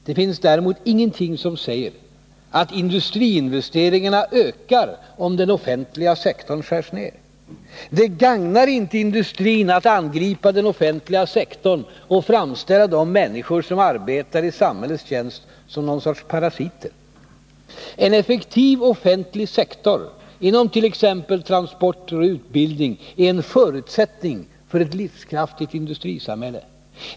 Det finns däremot ingenting som säger att industriinvesteringarna ökar, om den offentliga sektorn skärs ner. Man gagnar inte industrin genom att angripa den offentliga sektorn och framställa de människor som arbetar i samhällets tjänst som någon sorts parasiter. En effektiv offentlig sektor inom t.ex. transporter och utbildning är en förutsättning för ett livskraftigt industrisamhälle.